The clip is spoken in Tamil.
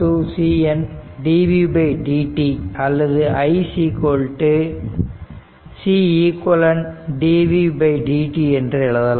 CN dvdt அல்லது i Ceq dvdt என்று எழுதலாம்